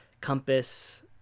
Compass